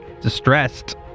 distressed